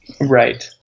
Right